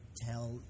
tell